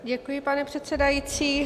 Děkuji, pane předsedající.